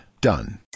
Done